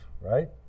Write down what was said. right